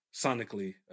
sonically